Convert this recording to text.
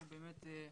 שהוא באמת,